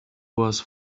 was